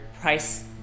price